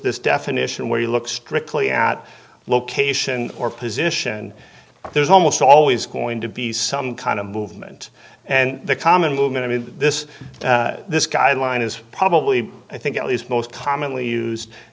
this definition where you look strictly at location or position there's almost always going to be some kind of movement and the common movement in this this guideline is probably i think at least most commonly used